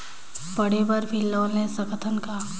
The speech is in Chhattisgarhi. पढ़े बर भी लोन ले सकत हन का?